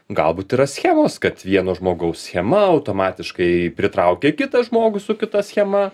galbūt yra schemos kad vieno žmogaus schema automatiškai pritraukia kitą žmogų su kita schema